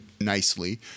nicely